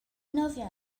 nofio